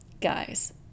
guys